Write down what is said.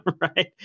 right